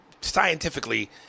Scientifically